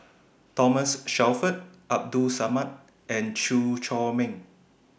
Thomas Shelford Abdul Samad and Chew Chor Meng